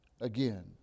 again